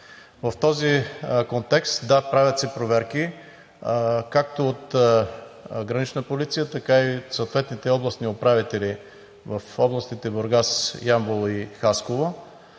В този контекст, да, правят се проверки както от „Гранична полиция“, така и от съответните областни управители в областите Бургас, Ямбол и Хасково.